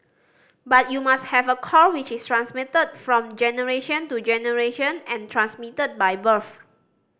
but you must have a core which is transmitted from generation to generation and transmitted by birth